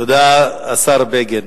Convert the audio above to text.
תודה, השר בגין.